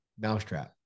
mousetrap